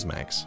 Max